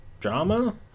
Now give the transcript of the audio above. Drama